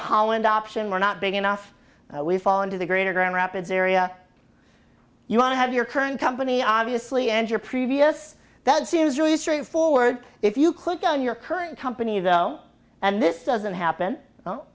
holland option we're not big enough we fall into the greater grand rapids area you want to have your current company obviously and your previous that seems really straightforward if you click on your current company though and this doesn't happen oh